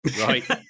right